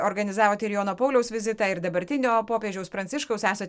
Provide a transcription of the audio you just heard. organizavote ir jono pauliaus vizitą ir dabartinio popiežiaus pranciškaus esat